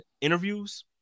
interviews